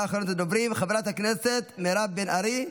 אחרונת הדוברים, חברת הכנסת מירב בן ארי,